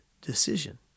decision